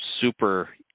super